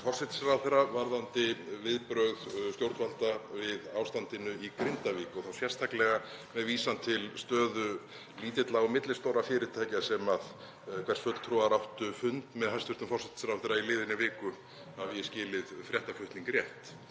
forsætisráðherra varðandi viðbrögð stjórnvalda við ástandinu í Grindavík og þá sérstaklega með vísan til stöðu lítilla og millistórra fyrirtækja hverra fulltrúar áttu fund með hæstv. forsætisráðherra í liðinni viku, hafi ég skilið fréttaflutning rétt.